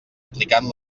aplicant